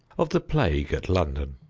of the plague at london,